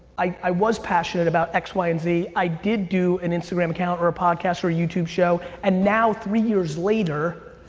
i was passionate about x, y and z, i did do an instagram account or a podcast or a youtube show, and now, three years later,